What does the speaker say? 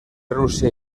rusia